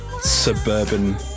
suburban